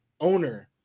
owner